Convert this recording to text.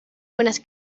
buenas